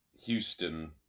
Houston